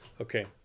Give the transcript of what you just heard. Okay